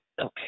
Okay